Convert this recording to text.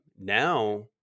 now